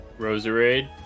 Roserade